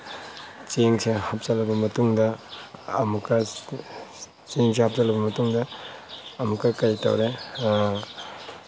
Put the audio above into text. ꯆꯦꯡꯁꯦ ꯍꯥꯞꯆꯤꯟꯂꯕ ꯃꯇꯨꯡꯗ ꯑꯃꯨꯛꯀ ꯆꯦꯡꯁꯦ ꯍꯥꯞꯆꯤꯟꯂꯕ ꯃꯇꯨꯡꯗ ꯑꯃꯨꯛꯀ ꯀꯔꯤ ꯇꯧꯔꯦ